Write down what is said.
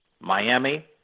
Miami